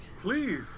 Please